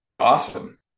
awesome